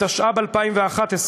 התשע"ב 2011,